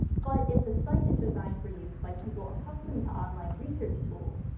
but if the site is designed for use by people accustomed to online research tools,